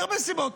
מהרבה סיבות.